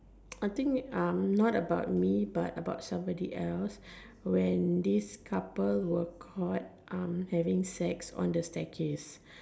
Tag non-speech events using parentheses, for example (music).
(noise) I think um not about me but about somebody else when this couple were caught um having sex on the staircase